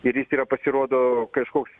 ir jis yra pasirodo kažkoks